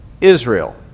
Israel